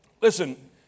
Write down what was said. listen